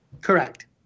correct